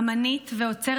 אומנית ואוצרת,